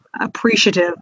appreciative